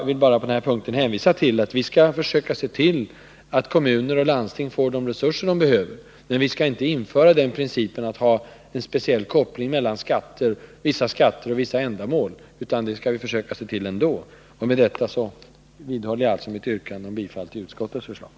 Vi skall försöka se till att kommuner och landsting får de resurser de behöver, men vi bör inte införa en koppling mellan vissa skatter och vissa ändamål. : Jag vidhåller mitt yrkande om bifall till utskottets hemställan.